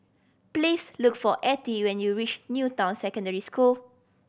please look for Attie when you reach New Town Secondary School